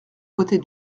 côtés